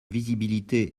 visibilité